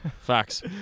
Facts